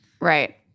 Right